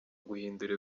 guhindura